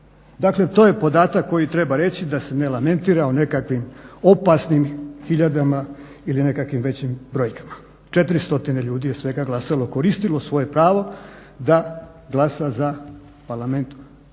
Dakle to je podatak koji treba reći da se ne lamentira o nekakvim opasnim hiljadama ili nekakvim većim brojkama. 400 ljudi je svega glasalo, koristilo svoje pravo da glasa za manjinske